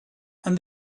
and